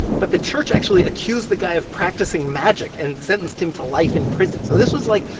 but the church actually accused the guy of practicing magic and sentenced him to life in prison. so this was, like,